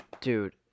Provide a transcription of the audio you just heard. dude